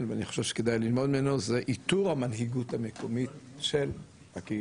ואני חושב שכדאי ללמוד ממנו זה איתור המנהיגות המקומית של הקהילה,